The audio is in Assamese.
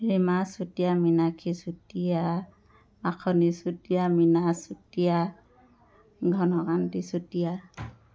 ৰীমা চুতীয়া মিনাশী চুতীয়া মাসনি চুতীয়া মীনা চুতীয়া ঘনকান্তি চুতীয়া